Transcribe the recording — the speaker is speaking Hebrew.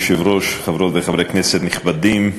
אדוני היושב-ראש, חברות וחברי כנסת נכבדים,